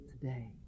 today